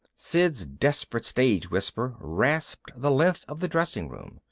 sid's desperate stage-whisper rasped the length of the dressing room.